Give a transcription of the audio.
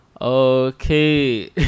Okay